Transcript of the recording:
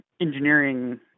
engineering